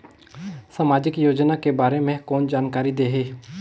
समाजिक योजना के बारे मे कोन जानकारी देही?